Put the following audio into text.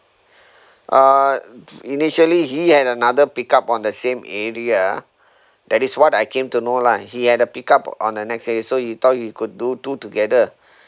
uh initially he had another pick up on the same area that is what I came to know lah he had a pick up on the next area so he thought he could do two together